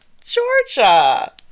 Georgia